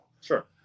Sure